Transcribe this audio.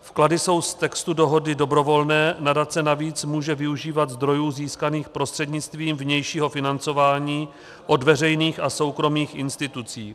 Vklady jsou z textu dohody dobrovolné, nadace navíc může využívat zdrojů získaných prostřednictvím vnějšího financování od veřejných a soukromých institucí.